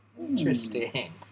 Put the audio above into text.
Interesting